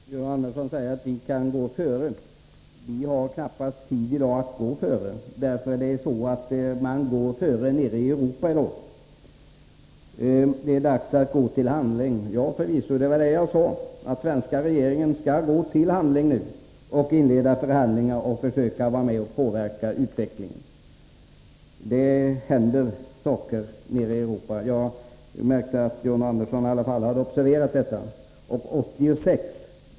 Herr talman! John Andersson säger att vi kan gå före. Vi har i dag knappast tid att göra det, därför att nu går man före nere i övriga Europa. Det är dags att gå till handling, säger John Andersson. Ja, det är förvisso riktigt. Jag sade just att den svenska regeringen nu skall gå till handling, inleda förhandlingar och försöka vara med och påverka utvecklingen. Det händer saker nere i övriga Europa. Jag märkte att John Andersson i alla fall hade observerat detta.